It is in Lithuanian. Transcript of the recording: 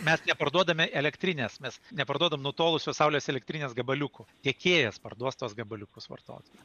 mes neparduodame elektrinės mes neparduodam nutolusios saulės elektrinės gabaliukų tiekėjas parduos tuos gabaliukus vartotojui